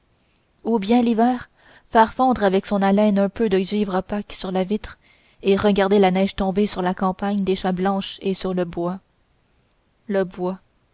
ou bien l'hiver faire fondre avec son haleine un peu de givre opaque sur la vitre et regarder la neige tomber sur la campagne déjà blanche et sur le bois le bois